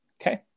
Okay